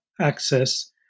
access